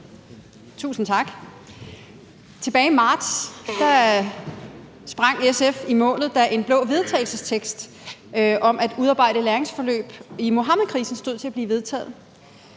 Tusind tak. Tilbage i marts sprang SF i målet, da en blå vedtagelsestekst om at udarbejde læringsforløb i Muhammedkrisen stod til at blive vedtaget.